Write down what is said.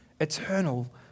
Eternal